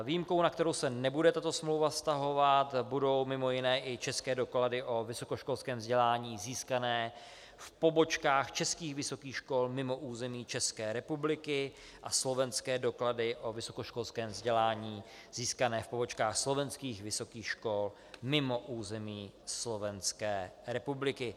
Výjimkou, na kterou se nebude tato smlouva vztahovat, budou mimo jiné i české doklady o vysokoškolském vzdělání získané v pobočkách českých vysokých škol mimo území České republiky a slovenské doklady o vysokoškolském vzdělání získané v pobočkách slovenských vysokých škol mimo území Slovenské republiky.